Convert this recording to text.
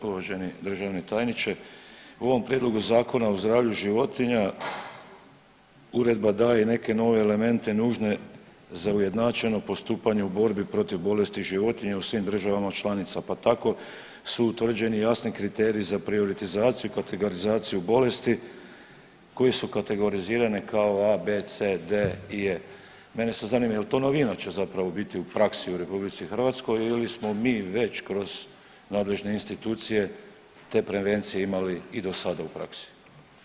Uvaženi državni tajniče, u ovom prijedlogu Zakona o zdravlju životinja uredba daje i neke nove elemente nužne za ujednačeno postupanje u borbi protiv bolesti životinja u svim državama članica, pa tako su utvrđeni jasni kriteriji za prioritizaciju i kategorizaciju bolesti koje su kategorizirane kao a, b, c, d i e. Mene sad zanima jel to novina će zapravo biti u praksi u RH ili smo mi već kroz nadležne institucije te prevencije imali i dosada u praksi?